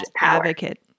advocate